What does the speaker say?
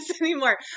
anymore